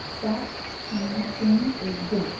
सात शून्य शून्य एक दोन